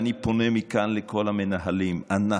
אני פונה מכאן לכל המנהלים, אנחנו,